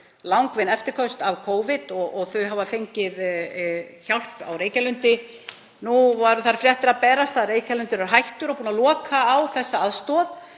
langvinn eftirköst Covid. Þeir hafa fengið hjálp á Reykjalundi en nú voru þær fréttir að berast að Reykjalundur er hættur og búinn að loka á þessa aðstoð,